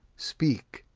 speak.